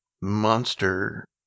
monster